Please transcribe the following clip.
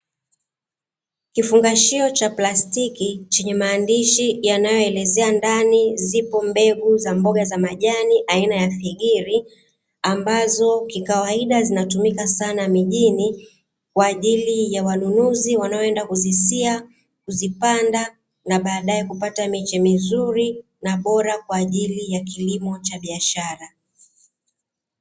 Kifungashio cha plastiki chenye maandishi yanayoelezea ndani zipo mbegu za mboga za majani aina ya figiri ambazo kikawaida zinatumika sana mijini kwa ajili ya wanunuzi wanaoenda kuzisia, kuzipanda na baadae kupata miche mizuri na bora kwa ajili ya kilimo cha biashara.